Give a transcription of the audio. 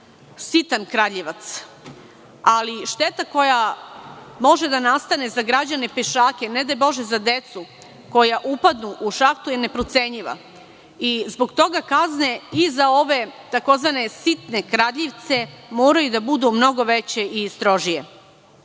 sitan kradljivac, ali šteta koja može da nastane za građane, pešake, ne daj Bože za decu koja upadnu u šahtu je neprocenljiva. Zbog toga kazne i za ove tzv. sitne kradljivce moraju da budu mnogo veće i strožije.U